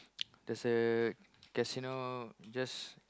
there's a casino just